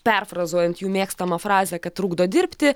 perfrazuojant jų mėgstamą frazę kad trukdo dirbti